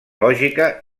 lògica